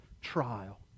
trial